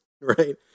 right